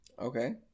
okay